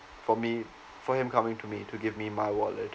for me for him coming to me to give me my wallet